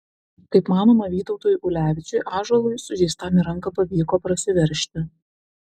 kaip manoma vytautui ulevičiui ąžuolui sužeistam į ranką pavyko prasiveržti